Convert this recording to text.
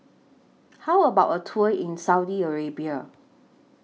How about A Tour in Saudi Arabia